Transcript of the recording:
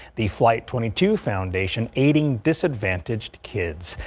the flight twenty two foundation aiding disadvantaged kids.